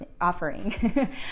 offering